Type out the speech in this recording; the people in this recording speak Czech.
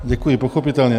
Děkuji, pochopitelně.